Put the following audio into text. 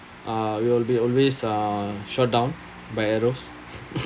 uh you will be always uh shot down by arrows